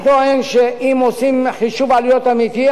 אני טוען שאם עושים חישוב עלויות אמיתי,